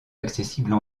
accessibles